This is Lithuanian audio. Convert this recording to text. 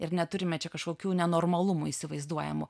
ir neturime čia kažkokių nenormalumų įsivaizduojamų